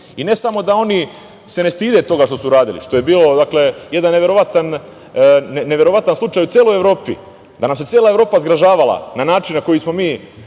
I ne samo da se oni ne stide toga što su uradili, što je bio jedan neverovatan slučaj u celoj Evropi, da nam se cela Evropa zgražavala na način na koji smo se